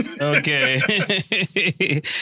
Okay